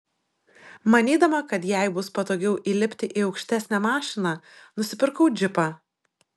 manydama kad jai bus patogiau įlipti į aukštesnę mašiną nusipirkau džipą